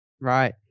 Right